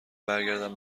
برگردم